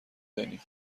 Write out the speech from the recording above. دانیم